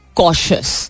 cautious